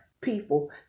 people